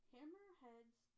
Hammerheads